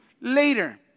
Later